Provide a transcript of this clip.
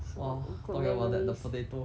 !wah! talking about that the potato